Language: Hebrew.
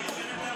תהיו אתם בשקט.